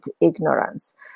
ignorance